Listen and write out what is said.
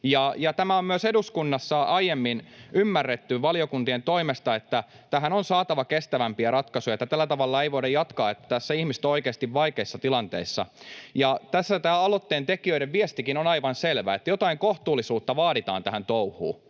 Tämä on myös eduskunnassa aiemmin ymmärretty valiokuntien toimesta, että tähän on saatava kestävämpiä ratkaisuja, että tällä tavalla ei voida jatkaa ja että ihmiset ovat oikeasti vaikeissa tilanteissa. Tämä aloitteentekijöiden viestikin on aivan selvä, että jotain kohtuullisuutta vaaditaan tähän touhuun.